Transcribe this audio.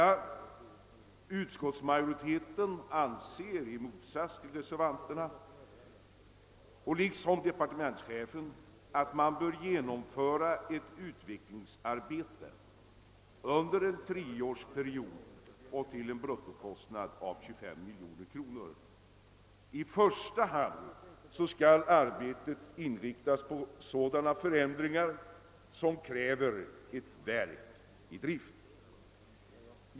Utskottsmajoriteten anser i likhet med departementschefen men i motsats till reservanterna att man bör genomföra ett utvecklingsarbete under en treårsperiod och till en bruttokostnad av 25 miljoner kronor. I första hand skall arbetet inriktas på sådana förändringar som kräver ett verk i drift.